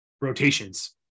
rotations